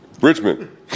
Richmond